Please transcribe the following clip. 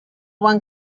one